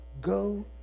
Go